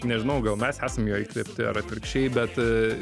nežinau gal mes esam jo įkvėpti ar atvirkščiai bet